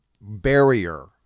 barrier